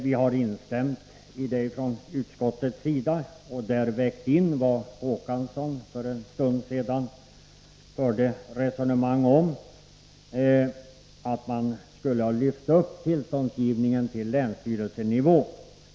Vi har från utskottets sida instämt i det, och vi har vid de övervägandena vägt in de resonemang som Per Olof Håkansson för en stund sedan förde om att man skulle ha lyft upp tillståndsgivningen till länsstyrelsenivå.